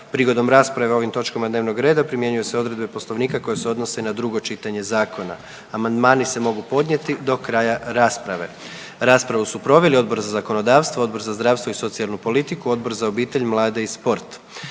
Prigodom rasprave o ovim točkama dnevnog reda primjenjuju se odredbe Poslovnika koje se odnose na drugo čitanje zakona. Amandmani se mogu podnijeti do kraja rasprave. Raspravu su proveli Odbor za zakonodavstvo, Odbor za zdravstvo i socijalnu politiku, Odbor za obitelj, mlade i sport.